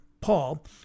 Paul